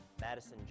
Madison